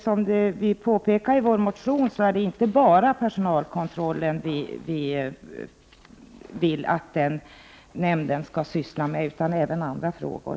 Som vi påpekar i vår motion skall denna nämnd inte enbart syssla med personalkontroll utan även med andra frågor.